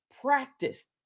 practice